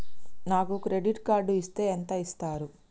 నాకు credit card ఇస్తే ఎంత ఇస్తరు?